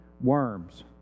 worms